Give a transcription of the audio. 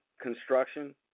construction